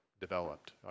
developed